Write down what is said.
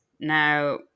Now